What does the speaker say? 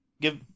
Give